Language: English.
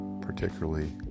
particularly